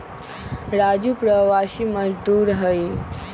राजू प्रवासी मजदूर हई